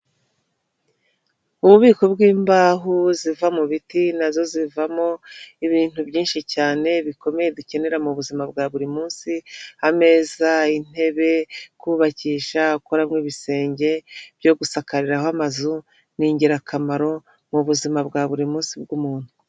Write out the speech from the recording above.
Ububiko bw'imbaho ziva mu biti na zo zivamo ibintu byinshi cyane bikomeye dukenera mubuzima bwa buri munsi, ameza, intebe, kubakisha, gukoramo ibisenge byo gusakariraho amazu, n'ingirakamaro mu buzima bwa buri munsi bw'umuntu.